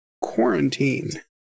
quarantine